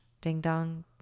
Ding-dong